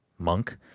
monk